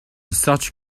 such